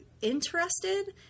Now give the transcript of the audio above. Interested